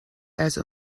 also